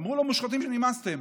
אמרו לו "מושחתים, נמאסתם".